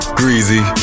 greasy